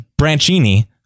Branchini